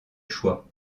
choix